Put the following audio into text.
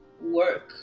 work